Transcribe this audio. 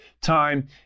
time